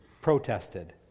protested